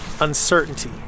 uncertainty